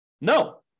No